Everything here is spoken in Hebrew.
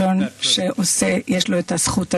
הנשיא ריבלין,